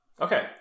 okay